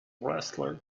wrestler